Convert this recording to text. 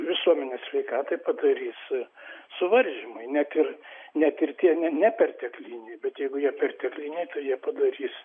visuomenės sveikatai padarys suvaržymai net ir net ir tie ne nepertekliniai bet jeigu jie pertekliniai jie padarys